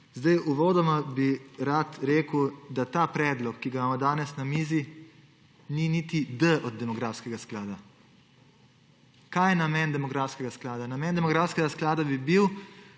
Uvodoma bi rad rekel, da ta predlog, ki ga imamo danes na mizi, ni niti D od demografskega sklada. Kaj je namen demografskega sklada? Namen demografskega sklada bi bil